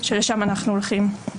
שלשם אנחנו הולכים.